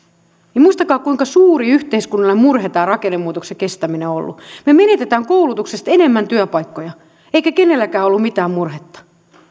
niin muistakaa kuinka suuri yhteiskunnallinen murhe tämä rakennemuutoksen kestäminen on ollut me menetämme koulutuksesta enemmän työpaikkoja eikä kenelläkään ole ollut mitään murhetta